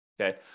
Okay